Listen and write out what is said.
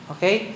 Okay